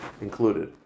included